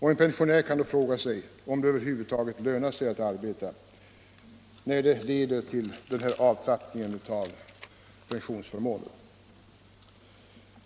En pensionär kan då fråga sig om det över huvud taget lönar sig att arbeta när det leder till en sådan avtrappning av pensionsförmånerna.